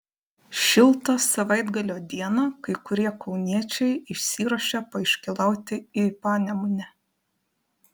šiltą savaitgalio dieną kai kurie kauniečiai išsiruošė paiškylauti į panemunę